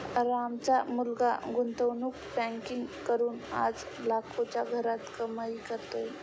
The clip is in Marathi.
रामचा मुलगा गुंतवणूक बँकिंग करून आज लाखोंच्या घरात कमाई करतोय